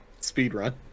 Speedrun